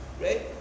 right